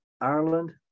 Ireland